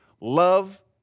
Love